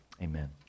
Amen